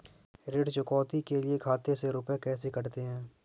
ऋण चुकौती के लिए खाते से रुपये कैसे कटते हैं?